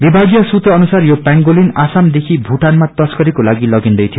विभागीय सुत्र अनुसार यो पेंगोलिन असमदेखि भूटानमा तस्करीकको लागि लगिदै थियो